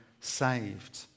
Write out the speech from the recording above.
saved